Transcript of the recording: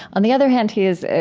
on the other hand, he is,